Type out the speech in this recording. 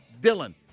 Dylan